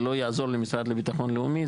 זה לא יעזור למשרד לביטחון לאומי,